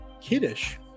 kiddish